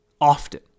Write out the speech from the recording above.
often